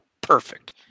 perfect